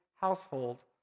household